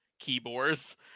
Keyboards